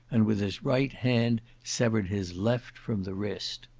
and with his right hand severed his left from the wrist.